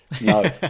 No